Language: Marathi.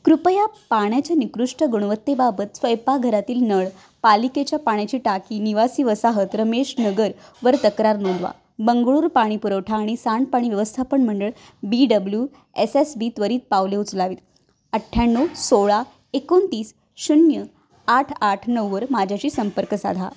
कृपया पाण्याच्या निकृष्ट गुणवत्तेबाबत स्वयंपाकघरातील नळ पालिकेच्या पाण्याची टाकी निवासी वसाहत रमेश नगर वर तक्रार नोंदवा बंगळुरू पाणीपुरवठा आणि सांडपाणी व्यवस्थापन मंडळ B W S S B त्वरित पावले उचलावीत अठ्ठ्याण्णव सोळा एकोणतीस शून्य आठ आठ नऊवर माझ्याशी संपर्क साधा